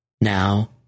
now